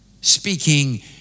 speaking